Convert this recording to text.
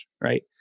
right